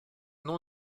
non